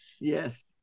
Yes